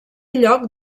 lloc